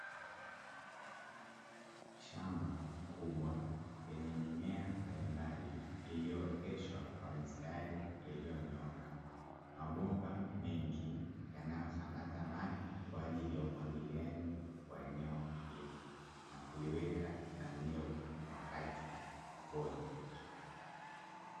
Shamba kubwa lenye mimea mbalimbali iliyooteshwa kwa mistari iliyonyooka, mabomba mengi yanayosambaza maji kwa ajili ya umwagiliaji wa eneo hilo na kuliweka na unyevu wakati wote.